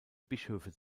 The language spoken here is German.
bischöfe